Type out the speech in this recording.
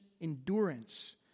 endurance